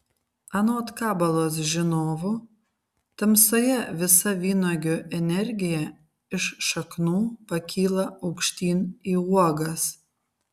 anot kabalos žinovų tamsoje visa vynuogių energija iš šaknų pakyla aukštyn į uogas